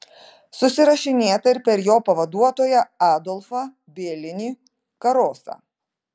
susirašinėta ir per jo pavaduotoją adolfą bielinį karosą